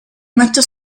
mette